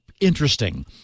interesting